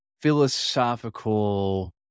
philosophical